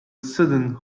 sudden